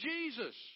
Jesus